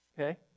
Okay